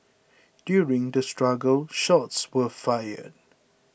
during the struggle shots were fired